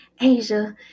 Asia